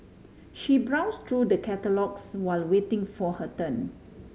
she browse through the catalogues while waiting for her turn